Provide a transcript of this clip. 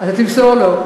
אתה תמסור לו.